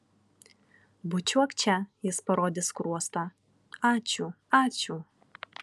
bučiuok čia jis parodė skruostą ačiū ačiū